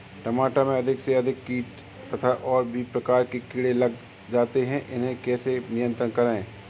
टमाटर में अधिक से अधिक कीट तथा और भी प्रकार के कीड़े लग जाते हैं इन्हें कैसे नियंत्रण करें?